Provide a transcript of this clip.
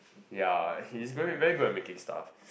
ya he's very good at making stuff